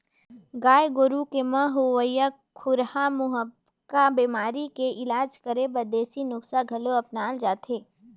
गाय गोरु के म होवइया खुरहा मुहंपका बेमारी के इलाज करे बर देसी नुक्सा घलो अपनाल जाथे